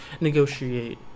negotiate